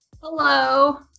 Hello